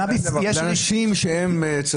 לאנשים שצריכים את זה.